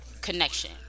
Connection